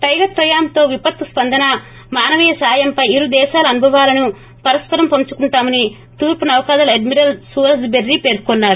tiger triumph తో విపత్తు స్సందన మానవీయ సాయం పై ఇరు దేశాల అనుభవాలను పరస్సరం పంచుకుంటామని తూర్పు నౌకదల అడ్మిరల్ సూరజ్ బెర్రీ పర్కొన్నారు